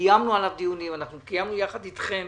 קיימנו דיונים בנושא תקציב המשכי,